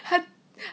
ha